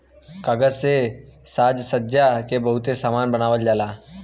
कागज से साजसज्जा के बहुते सामान बनावल जाला